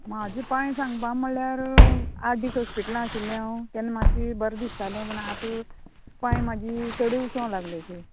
म्हाजें पांय सांगपा म्हणल्यार आट दीस हॉस्पिटलां आशिल्लें हांव तेन्ना मातशें बरें दिसतालें पूण आतां पांय म्हाजी चडूय उसळो लागलेशें